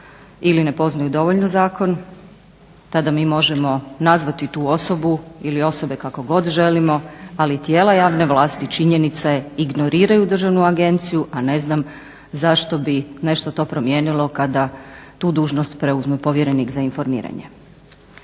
ili ne poznaju dovoljno zakon tada mi možemo nazvati tu osobu ili osobe kako god želimo, ali tijela javne vlasti činjenica je ignoriraju državnu agenciju, a ne znam zašto bi nešto to promijenilo kada tu dužnost preuzme povjerenik za informiranje?